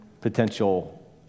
potential